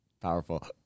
powerful